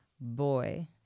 Boy